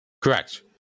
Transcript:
Correct